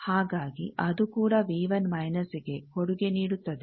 ಹಾಗಾಗಿ ಅದು ಕೂಡ ಗೆ ಕೊಡುಗೆ ನೀಡುತ್ತದೆ